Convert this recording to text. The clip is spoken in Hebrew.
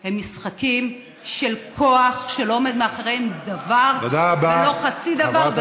הם משחקים של כוח שלא עומד מאחוריהם דבר וחצי דבר,